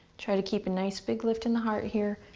try to keep a nice big lift in the heart, here.